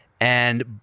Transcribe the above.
and-